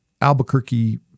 Albuquerque